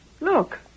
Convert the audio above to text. Look